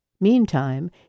Meantime